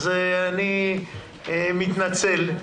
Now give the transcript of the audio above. אני מתנצל,